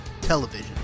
television